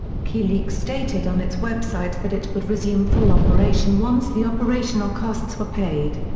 wikileaks stated on its website that it would resume full operation once the operational costs were paid.